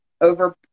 over